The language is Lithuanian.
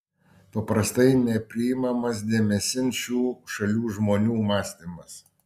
paprastai nepriimamas dėmesin šių šalių žmonių mąstymas